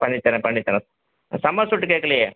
பண்ணித் தர்றேன் பண்ணித் தர்றேன் சம் அஸ்ஸுர்டு கேட்கலையே